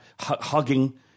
Hugging